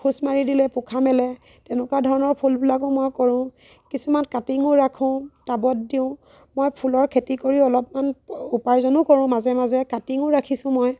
খোঁচ মাৰি দিলে পোখা মেলে তেনেকুৱা ধৰণৰ ফুলবিলাকো মই কৰোঁ কিছুমান কাটিঙো ৰাখোঁ টাবত দিওঁ মই ফুলৰ খেতি কৰি অলপমান প উপাৰ্জনো কৰোঁ মাজে মাজে কাটিঙো ৰাখিছোঁ মই